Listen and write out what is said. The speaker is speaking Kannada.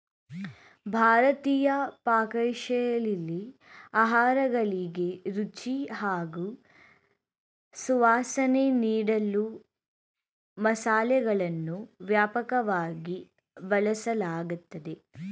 ಭಾರತೀಯ ಪಾಕಶೈಲಿಲಿ ಆಹಾರಗಳಿಗೆ ರುಚಿ ಹಾಗೂ ಸುವಾಸನೆ ನೀಡಲು ಮಸಾಲೆಗಳನ್ನು ವ್ಯಾಪಕವಾಗಿ ಬಳಸಲಾಗ್ತದೆ